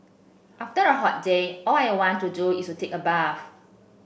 after a hot day all I want to do is to take a bath